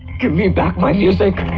give me back my music!